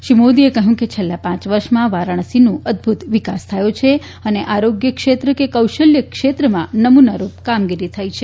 શ્રી મોદીએ કહ્યું કે છેલ્લાં પાંચ વર્ષમાં વારાણસીનો અદભૂત વિકાસ થયો છે અને આરોગ્ય ક્ષેત્ર કે કૌશલ્ય ક્ષેત્રમાં નમૂનારૂપ કામગીરી થઇ છે